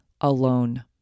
alone